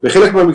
קודם כל,